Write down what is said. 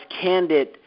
candid